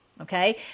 Okay